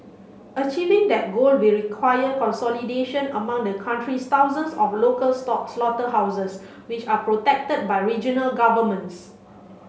achieving that goal will require consolidation among the country's thousands of local slaughterhouses which are protected by regional governments